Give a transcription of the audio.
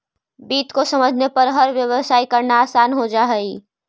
वित्त को समझने पर हर व्यवसाय करना आसान हो जा हई